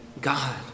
God